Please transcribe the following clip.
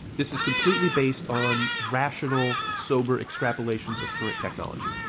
this is completely based on rational, sober extrapolations of correct technology.